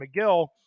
McGill